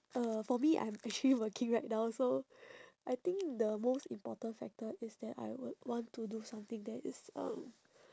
uh for me I am actually working right now so I think the most important factor is that I would want to do something that is um